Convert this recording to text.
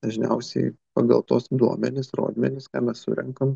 dažniausiai pagal tuos duomenis rodmenis ką mes surenkam